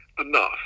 enough